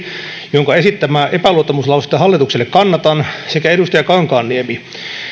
jonka esittämää epäluottamuslausetta hallitukselle kannatan sekä edustaja kankaanniemi